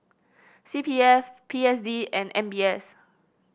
C P F P S D and M B S